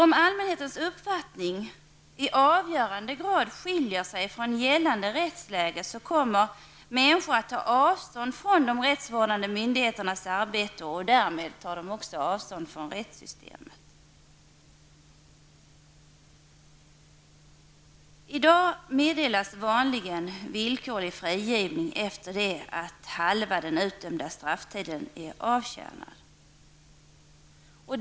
Om allmänhetens uppfattning i avgörande grad skiljer sig från gällande rättsläge kommer människor att ta avstånd från de rättsvårdande myndigheternas arbete, och därmed tar de också avstånd från rättssystemet. I dag meddelas vanligen villkorlig frigivning efter halva den utdömda strafftiden.